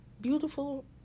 Beautiful